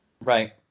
Right